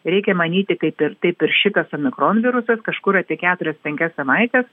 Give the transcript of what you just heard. reikia manyti kaip ir taip ir šitas omikron virusas kažkur apie keturias penkias savaites